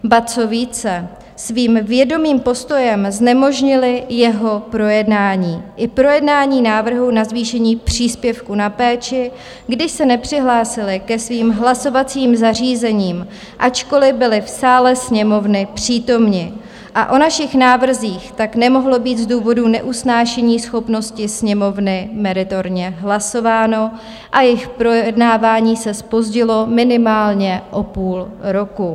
Ba co více, svým vědomým postojem znemožnili jeho projednání i projednání návrhu na zvýšení příspěvku na péči, když se nepřihlásili ke svým hlasovacím zařízením, ačkoliv byli v sále Sněmovny přítomni, a o našich návrzích tak nemohlo být z důvodu neusnášeníschopnosti Sněmovny meritorně hlasováno a jejich projednávání se zpozdilo minimálně o půl roku.